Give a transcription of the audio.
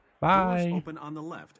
Bye